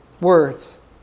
words